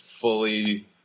fully